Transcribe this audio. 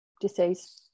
disease